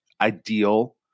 ideal